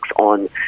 on